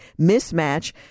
mismatch